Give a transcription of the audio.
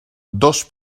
dos